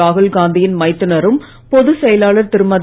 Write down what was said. ராகுல்காந்தியின் மைத்துனரும் பொதுச் செயலாளர் திருமதி